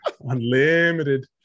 Unlimited